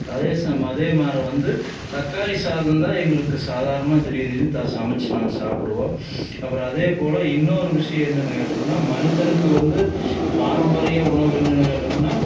அதே சம் அதே மாரி வந்து தக்காளி சாதம் தான் எங்களுக்கு சாதாரணமாக திடீர் திடிர்னு த சமைச்சி நாங்கள் சாப்பிடுவோம் அப்பறம் அதேபோல் இன்னொரு விஷயம் என்னென்னு கேட்டமுன்னால் மனுஷனுக்கு வந்து பாரம்பரிய உணவு என்னென்னு கேட்டமுன்னால்